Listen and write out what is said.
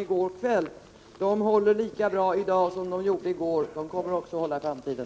i går kväll. De håller lika bra i dag som de gjorde i går. De kommer också att hålla i framtiden.